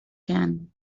can